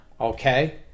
okay